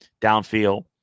downfield